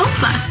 Opa